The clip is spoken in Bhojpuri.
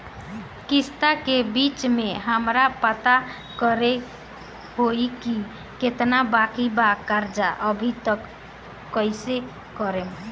किश्त के बीच मे हमरा पता करे होई की केतना बाकी बा कर्जा अभी त कइसे करम?